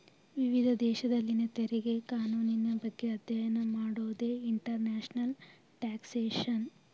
ವಿವಿಧ ದೇಶದಲ್ಲಿನ ತೆರಿಗೆ ಕಾನೂನಿನ ಬಗ್ಗೆ ಅಧ್ಯಯನ ಮಾಡೋದೇ ಇಂಟರ್ನ್ಯಾಷನಲ್ ಟ್ಯಾಕ್ಸ್ಯೇಷನ್